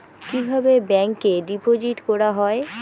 কিভাবে ব্যাংকে ডিপোজিট করা হয়?